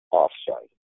off-site